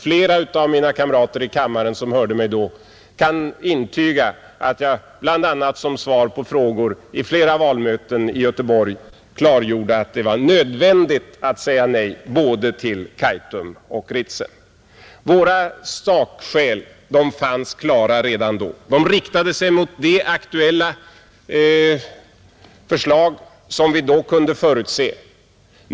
Flera av mina kamrater i kammaren som hörde mig då kan intyga att jag bl.a. som svar på frågor vid flera valmöten i Göteborg klargjorde att det var nödvändigt att säga nej både till Kaitum och Ritsem, Våra sakskäl fanns färdiga redan då. De riktade sig mot de aktuella förslag som vi då kunde förutse.